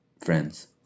friends